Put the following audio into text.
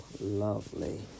lovely